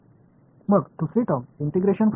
எனவே எனவே நான் ஒரு பெற போகிறேன்